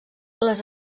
les